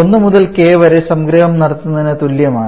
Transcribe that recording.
1 മുതൽ k വരെ സംഗ്രഹം നടത്തുന്നതിന് തുല്യമാണ്